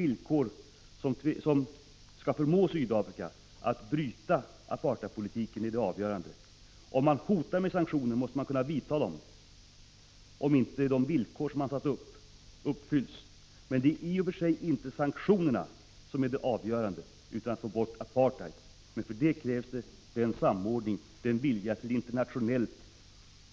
Vi skall kräva av Sydafrika att bryta apartheidpolitiken. Och när vi hotar med sanktioner måste vi också vidta dem, om inte Sydafrika uppfyller de villkor som vi har satt upp. Det vi önskar är inte sanktioner, utan att vi får bort apartheid. Men för att åstadkomma detta krävs det bl.a. den samordning och den vilja till internationellt